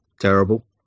Terrible